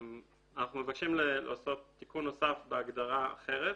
אנחנו מבקשים לעשות תיקון נוסף בהגדרה אחרת,